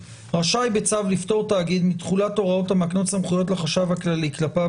רשאי בצו לפטור תאגיד מתחולת הוראות המקנות סמכויות לחשב הכללי כלפיו,